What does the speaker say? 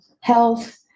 health